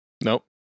Nope